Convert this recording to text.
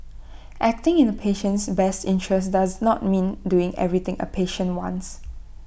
acting in A patient's best interests does not mean doing everything A patient wants